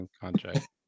contract